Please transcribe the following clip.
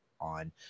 On